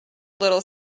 little